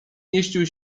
mieścił